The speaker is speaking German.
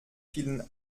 vielen